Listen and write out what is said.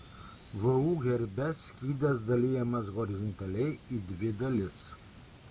vu herbe skydas dalijamas horizontaliai į dvi dalis